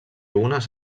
unes